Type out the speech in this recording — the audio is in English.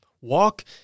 Walk